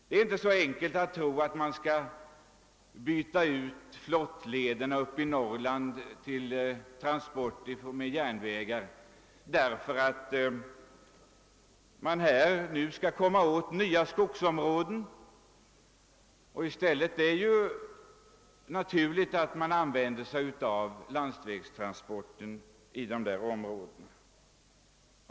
Man kan inte bara byta ut transporter på Norrlands flottleder mot järnvägstransporter för att komma åt nya skogsområden. Det är i stället naturligt att använda sig av landsvägstransport i dessa områden.